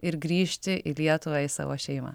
ir grįžti į lietuvą į savo šeimą